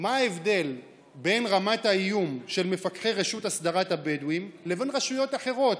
מה ההבדל בין רמת האיום של מפקחי רשות הסדרת הבדואים לבין רשויות אחרות,